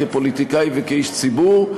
כפוליטיקאי וכאיש ציבור,